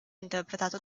interpretato